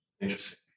Interesting